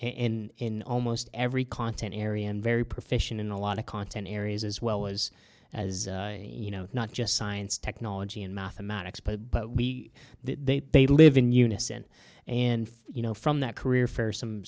in almost every content area and very profession in a lot of content areas as well as as you know not just science technology and mathematics but we they play live in unison and you know from that career for some